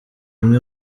imwe